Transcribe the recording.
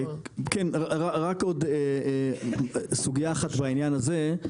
כן רק עוד סוגיה אחת בעניין הזה.